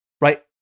right